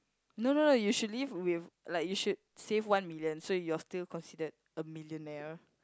no no no you should leave with like you should save one million so you're still considered a millionaire